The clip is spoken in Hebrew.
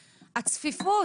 הצפיפות.